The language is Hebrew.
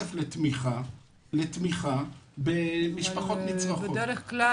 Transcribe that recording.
מהכסף לתמיכה במשפחות נצרכות.